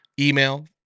email